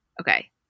Okay